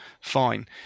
Fine